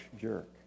jerk